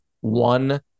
One